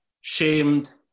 shamed